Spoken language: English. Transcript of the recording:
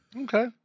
Okay